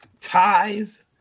Ties